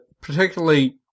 particularly